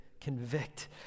convict